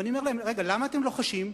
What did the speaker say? ואני אומר להם: למה אתם לוחשים?